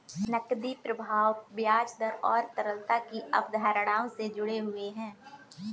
नकदी प्रवाह ब्याज दर और तरलता की अवधारणाओं से जुड़े हुए हैं